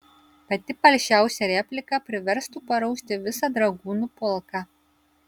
pati palšiausia replika priverstų parausti visą dragūnų pulką